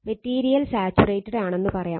material saturated ആണെന്ന് പറയാം